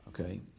Okay